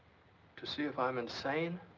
to see if i'm insane?